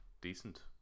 decent